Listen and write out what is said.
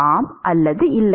ஆம் அல்லது இல்லை